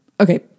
Okay